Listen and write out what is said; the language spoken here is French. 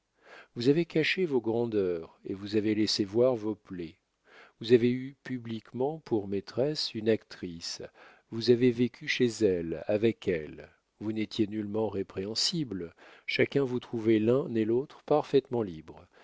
vous avez caché vos grandeurs et vous avez laissé voir vos plaies vous avez eu publiquement pour maîtresse une actrice vous avez vécu chez elle avec elle vous n'étiez nullement répréhensible chacun vous trouvait l'un et l'autre parfaitement libres